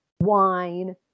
wine